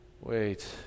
wait